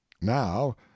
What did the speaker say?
Now